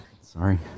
Sorry